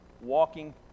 walking